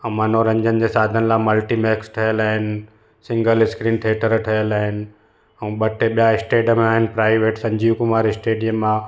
ऐं मनोरंजन जे साधन लाइ मल्टीमैक्स ठहियलु आहिनि सिंगल स्क्रीन थिएटर ठहियलु आहिनि ऐं ॿ टे ॿिया स्टेडियम आहिनि प्राइवेट संजीव कुमार स्टेडियम आहे